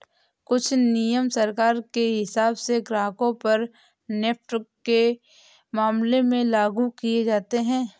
कुछ नियम सरकार के हिसाब से ग्राहकों पर नेफ्ट के मामले में लागू किये जाते हैं